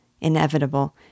Inevitable